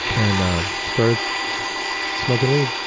and started smoking weed.